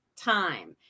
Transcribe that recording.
time